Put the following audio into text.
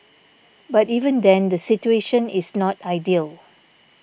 but even then the situation is not ideal